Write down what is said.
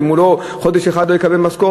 ואם הוא חודש אחד לא יקבל משכורת,